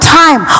time